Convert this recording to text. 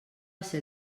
ser